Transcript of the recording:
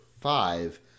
five